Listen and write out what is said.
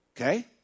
Okay